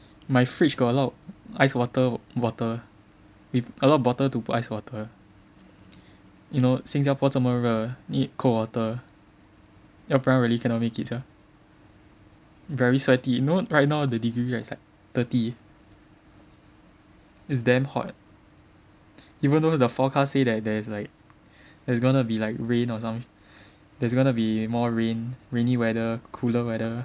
my fridge got a lot of ice water bottle we got a lot of bottle to put ice water you know 新加坡这么热 need cold water 要不然 really cannot make it sia very sweaty you know right now the degree right it's like thirty it's damn hot even though the forecast say that there's like there's gonna be like rain or some there's gonna be more rain rainy weather cooler weather